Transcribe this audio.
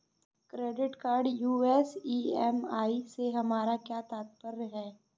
Credit card यू.एस EMI से हमारा क्या तात्पर्य है?